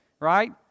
right